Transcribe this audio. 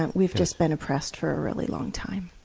and we've just been oppressed for a really long time.